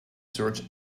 search